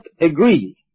agree